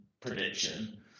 prediction